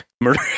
murder